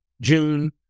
June